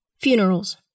Funerals